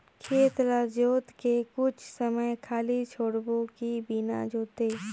खेत ल जोत के कुछ समय खाली छोड़बो कि बिना जोते?